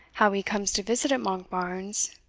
how he comes to visit at monkbarns,